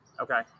Okay